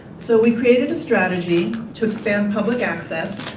so we created a strategy to expand public access,